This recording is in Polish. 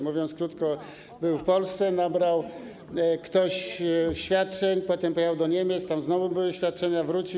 Mówiąc krótko: ktoś był w Polsce, nabrał świadczeń, potem pojechał do Niemiec, tam znowu były świadczenia, wrócił.